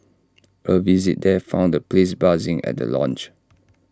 A visit there found the place buzzing at the launch